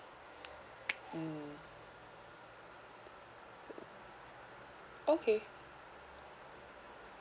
okay